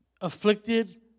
afflicted